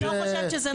אני לא חושבת שזה נכון.